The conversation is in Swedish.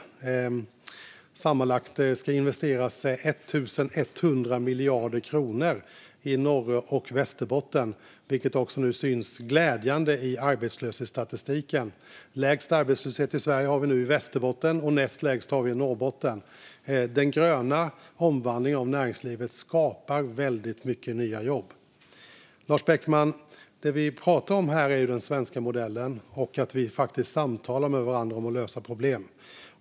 Sammanlagt ska det investeras 1 100 miljarder kronor i Norr och Västerbotten, vilket glädjande nog nu även syns i arbetslöshetsstatistiken: Lägst arbetslöshet i Sverige har vi i Västerbotten, och näst lägst har vi i Norrbotten. Den gröna omvandlingen av näringslivet skapar väldigt mycket nya jobb. Det vi pratar om här är ju den svenska modellen, Lars Beckman, och att vi faktiskt samtalar med varandra om att lösa problem.